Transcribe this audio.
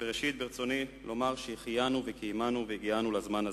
ראשית ברצוני לומר שהחיינו וקיימנו והגיענו לזמן הזה.